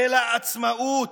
אלא עצמאות.